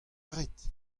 rit